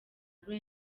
kuri